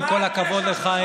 עם כל הכבוד לך,